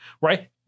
right